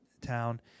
town